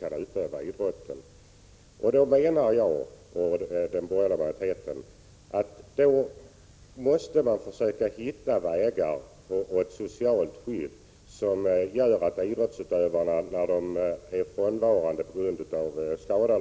Jag och den borgerliga minoriteten menar att man då måste försöka hitta vägar till ett socialt skydd som gör att idrottsutövare när de är frånvarande på grund den avgift som har